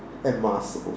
and mussels